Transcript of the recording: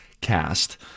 cast